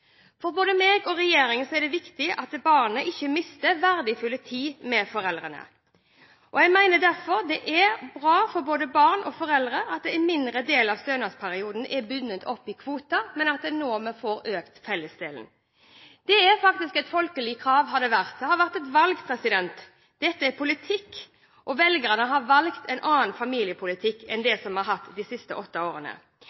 For meg og regjeringen er det viktig at barnet ikke mister verdifull tid med foreldrene. Jeg mener derfor det er bra for både barn og foreldre at en mindre del av stønadsperioden er bundet opp i kvoter ved at vi nå får økt fellesdelen. Det er et folkelig krav. Det har vært et valg, dette er politikk og velgerne har valgt en annen familiepolitikk enn